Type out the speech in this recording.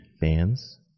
fans